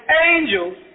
angels